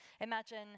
Imagine